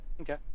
Okay